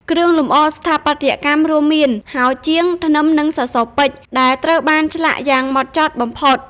គ្រឿងលម្អស្ថាបត្យកម្មរួមមាន ហោជាង ធ្នឹម និងសសរពេជ្រ ដែលត្រូវបានឆ្លាក់យ៉ាងហ្មត់ចត់បំផុត។